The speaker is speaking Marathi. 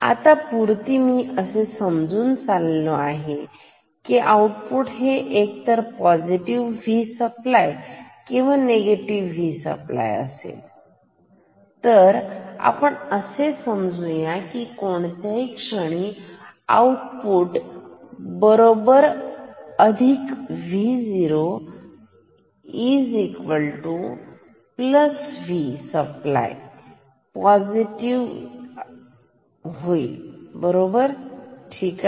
आता पुरती मी असे समजून चाललो आहे की आउट हे एक तर पॉझिटिव्ह V सप्लाय किंवा निगेटिव्ह V सप्लाय असेल तर आपण असे समजू या की कोणत्याही क्षणी आउटपुट बरोबर अधिक VoV सप्लाय पॉझिटिव्ह ठीक आहे